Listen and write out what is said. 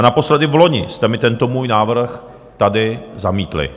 Naposledy loni jste mi tento můj návrh tady zamítli.